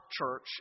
Church